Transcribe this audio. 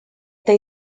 they